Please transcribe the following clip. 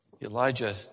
Elijah